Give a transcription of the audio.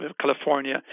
California